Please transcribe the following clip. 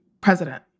President